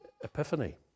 Epiphany